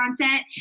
content